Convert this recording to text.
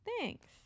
Thanks